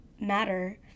matter